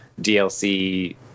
DLC